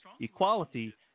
equality